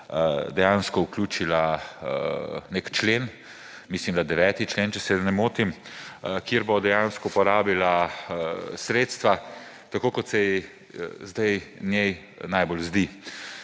dejansko vključila nek člen, mislim, da 9. člen, če se ne motim, kjer boa dejansko porabila sredstva, tako kot se zdaj njej najbolj zdi.